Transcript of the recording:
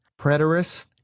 preterist